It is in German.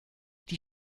die